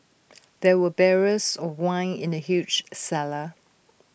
there were barrels of wine in the huge cellar